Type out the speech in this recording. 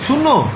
0